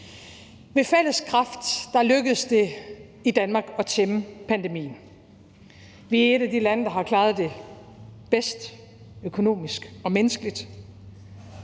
Ved fælles kraft lykkedes det i Danmark at tæmme pandemien. Vi er et af de lande, der har klaret det bedst økonomisk og menneskeligt.